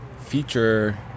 feature